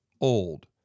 old